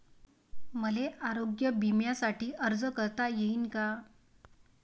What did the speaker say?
मले आरोग्य बिम्यासाठी अर्ज करता येईन का?